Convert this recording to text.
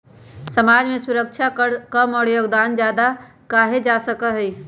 समाज के सुरक्षा के कर कम और योगदान ज्यादा कहा जा सका हई